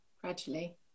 gradually